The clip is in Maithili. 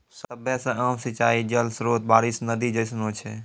सभ्भे से आम सिंचाई जल स्त्रोत बारिश, नदी जैसनो छै